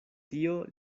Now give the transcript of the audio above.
tio